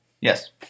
Yes